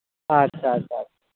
ᱟᱪᱪᱷᱟ ᱟᱪᱪᱷᱟ ᱟᱪᱪᱷᱟ